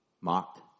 mocked